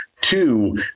two